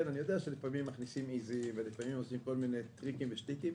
אני יודע שלפעמים מכניסים עיזים ולפעמים עושים כל מיני טריקים ושטיקים.